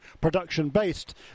production-based